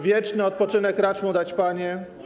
Wieczny odpoczynek racz mu dać, Panie.